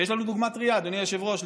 יש לנו דוגמה טרייה, אדוני היושב-ראש.